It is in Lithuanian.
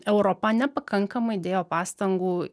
europa nepakankamai dėjo pastangų